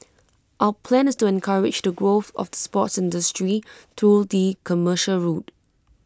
our plan is to encourage the growth of the sports industry through the commercial route